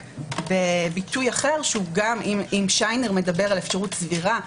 בביטוי אחר אם שיינר מדבר על אפשרות סבירה,